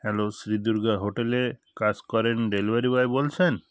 hello Sridurga হোটেলে কাজ করেন ডেলিভারি বয় বলছেন